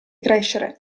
crescere